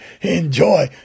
Enjoy